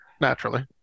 Naturally